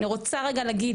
אני רוצה רגע להגיד.